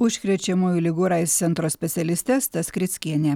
užkrečiamųjų ligų ir aids centro specialistė asta skrickienė